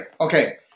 Okay